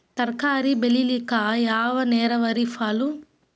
ತರಕಾರಿ ಬೆಳಿಲಿಕ್ಕ ಯಾವ ನೇರಾವರಿ ಛಲೋ?